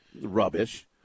rubbish